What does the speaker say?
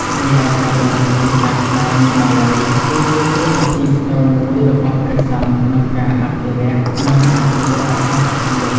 រីឯការបង្រៀនភាសាខ្មែរ និងបាលី គឺជាតួនាទីស្នូលមួយរបស់ព្រះសង្ឃក្នុងការអភិរក្ស និងអភិវឌ្ឍអក្សរសាស្ត្រជាតិ។